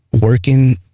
working